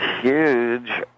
huge